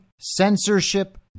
censorship